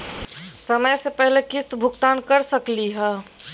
समय स पहले किस्त भुगतान कर सकली हे?